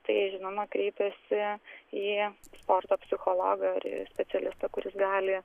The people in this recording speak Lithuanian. tai žinoma kreipiasi į sporto psichologą ir į specialistą kuris gali